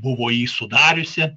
buvo jį sudariusi